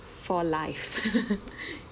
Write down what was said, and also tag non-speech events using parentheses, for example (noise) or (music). for life (laughs)